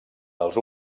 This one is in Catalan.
els